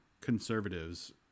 conservatives